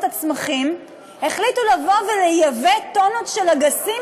הצמחים החליטו לייבא טונות של אגסים,